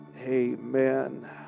Amen